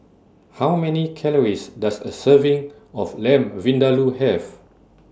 How Many Calories Does A Serving of Lamb Vindaloo Have